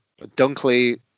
Dunkley